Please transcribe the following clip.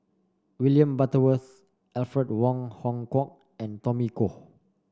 William Butterworth Alfred Wong Hong Kwok and Tommy Koh